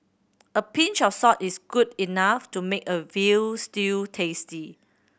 a pinch of salt is good enough to make a veal stew tasty